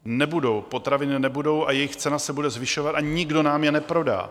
Nebudou, potraviny nebudou, jejich cena se bude zvyšovat a nikdo nám je neprodá.